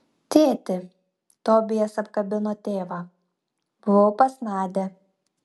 tėti tobijas apkabino tėvą buvau pas nadią